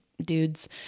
dudes